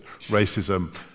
racism